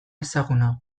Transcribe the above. ezaguna